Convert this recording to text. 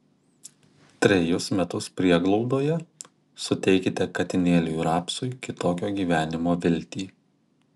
trejus metus prieglaudoje suteikite katinėliui rapsui kitokio gyvenimo viltį